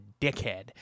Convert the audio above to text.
dickhead